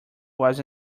was